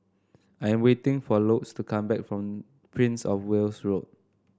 I'm waiting for Lourdes to come back from Prince Of Wales Road